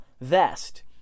vest